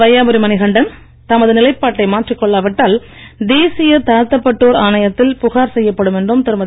வையாபுரி மணிகண்டன் தமது நிலைப்பாட்டை மாற்றிக் கொள்ளாவிட்டால் தேசிய தாழ்த்தப்பட்டோர் ஆணையத்தில் புகார் செய்யப்படும் என்றும் திருமதி